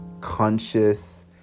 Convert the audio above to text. conscious